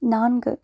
நான்கு